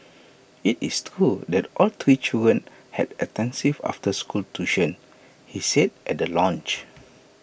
IT is true that all three children had extensive after school tuition he said at the launch